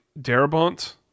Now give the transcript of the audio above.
Darabont